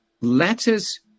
letters